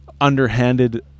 underhanded